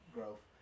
Growth